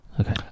Okay